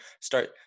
start